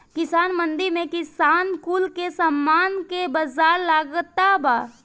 किसान मंडी में किसान कुल के सामान के बाजार लागता बा